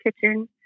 kitchen